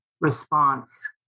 response